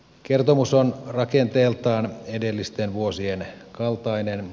kertomus on rakenteeltaan edellisten vuosien kaltainen